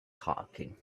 talking